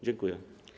Dziękuję.